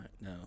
No